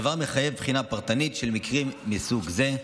הדבר מחייב בחינה פרטנית של מקרים מסוג זה.